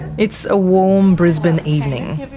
it's a warm brisbane evening.